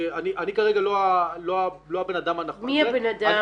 אני כרגע לא הבנאדם הנכון -- מי הבנאדם?